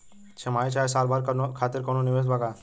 छमाही चाहे साल भर खातिर कौनों निवेश बा का?